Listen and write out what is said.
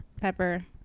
pepper